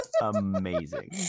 Amazing